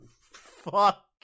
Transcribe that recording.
Fuck